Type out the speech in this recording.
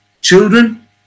children